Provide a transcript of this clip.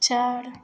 चार